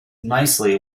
nicely